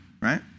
right